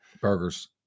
Burgers